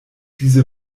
diese